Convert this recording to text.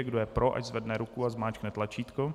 Kdo je pro, ať zvedne ruku a zmáčkne tlačítko.